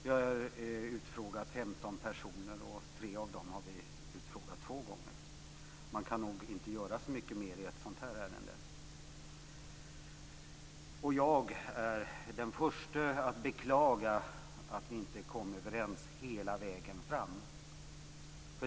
Vi har utfrågat 15 personer, och tre av dem har vi utfrågat två gånger. Man kan nog inte göra så mycket mer i ett sådant här ärende. Jag är den förste att beklaga att vi inte kom överens hela vägen fram.